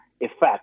effect